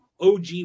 OG